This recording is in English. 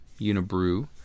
Unibrew